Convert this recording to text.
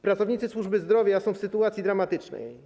Pracownicy służby zdrowia są w sytuacji dramatycznej.